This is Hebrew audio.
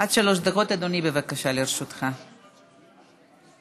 עד שלוש דקות, אדוני, לרשותך, בבקשה.